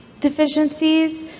deficiencies